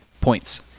points